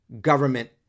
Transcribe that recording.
government